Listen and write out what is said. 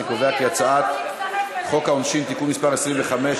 אני קובע כי הצעת חוק העונשין (תיקון מס' 125),